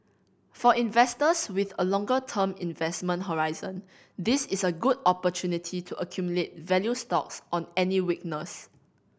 for investors with a longer term investment horizon this is a good opportunity to accumulate value stocks on any weakness